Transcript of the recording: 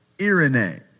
irene